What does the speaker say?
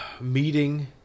meeting